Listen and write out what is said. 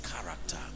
character